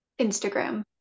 Instagram